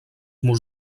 murs